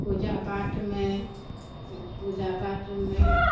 पूजा पाठमे पूजा पाठमे